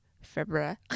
February